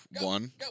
one